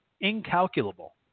incalculable